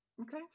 okay